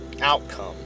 outcome